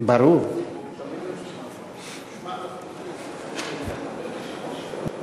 ההצעה להעביר את הנושא לוועדת הפנים והגנת הסביבה נתקבלה.